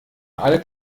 alle